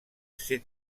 cette